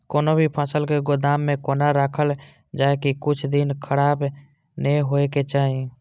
कोनो भी फसल के गोदाम में कोना राखल जाय की कुछ दिन खराब ने होय के चाही?